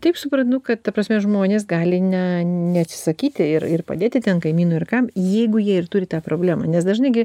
taip suprantu kad ta prasme žmonės gali ne neatsisakyti ir ir padėti ten kaimynui ar kam jeigu jie ir turi tą problemą nes dažnai gi